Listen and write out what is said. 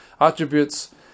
attributes